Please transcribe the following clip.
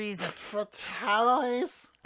Fatalities